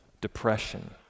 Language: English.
depression